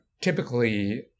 typically